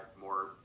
more